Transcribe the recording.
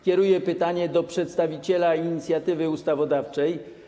Kieruję pytanie do przedstawiciela inicjatywy ustawodawczej.